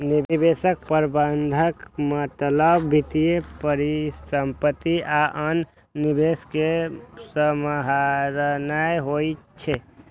निवेश प्रबंधनक मतलब वित्तीय परिसंपत्ति आ आन निवेश कें सम्हारनाय होइ छै